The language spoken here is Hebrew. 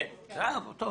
כן, יפה,